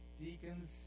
deacons